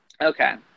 Okay